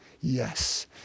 yes